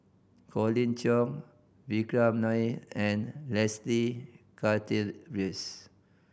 Colin Cheong Vikram Nair and Leslie Charteris